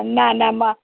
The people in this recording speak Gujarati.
ના ના મા